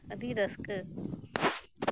ᱟᱹᱰᱤ ᱨᱟᱹᱥᱠᱟᱹ